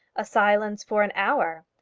a silence for an hour,